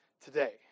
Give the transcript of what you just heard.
today